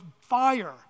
fire